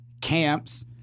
camps